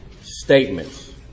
statements